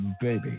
baby